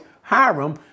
Hiram